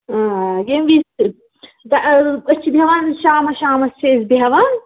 ییٚمہِ وِزِ تہِ بہٕ أسۍ چھِ بیٚہوان شامَس شامَس چھِ أسۍ بیٚہوان